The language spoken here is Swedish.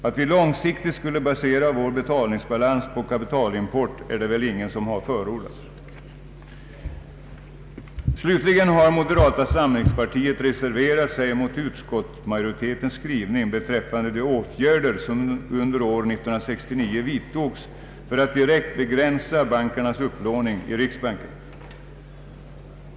Att vi långsiktigt skulle basera vår betalningsbalans på kapitalimport är det väl ingen som har förordat. Slutligen har moderata samlingspartiet reserverat sig mot utskottsmajoritetens skrivning beträffande de åtgärder som under 1969 vidtogs för att direkt begränsa bankernas upplåning i riksbanken.